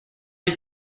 ich